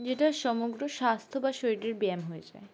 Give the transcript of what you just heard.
যেটা সমগ্র স্বাস্থ্য বা শরীরের ব্যায়াম হয়ে যায়